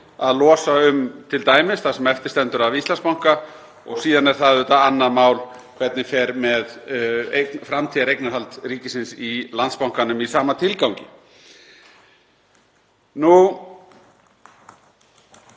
að losa t.d. um það sem eftir stendur af Íslandsbanka. Síðan er það auðvitað annað mál hvernig fer með framtíðareignarhald ríkisins í Landsbankanum í sama tilgangi. Hv.